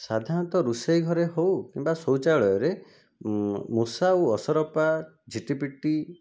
ସାଧାରଣତଃ ରୋଷେଇ ଘରେ ହେଉ କିମ୍ବା ଶୌଚାଳୟରେ ମୂଷା ଆଉ ଅସରପା ଝିଟିପିଟି